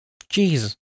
Jeez